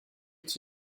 est